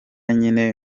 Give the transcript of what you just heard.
nyine